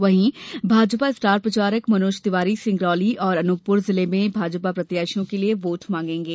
वहीं भाजपा स्टार प्रचारक मनोज तिवारी सिंगरौली और अनूपपुर जिले में भाजपा प्रत्याशियों के लिए वोट मांगेंगे